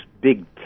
big